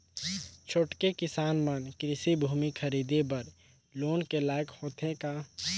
छोटके किसान मन कृषि भूमि खरीदे बर लोन के लायक होथे का?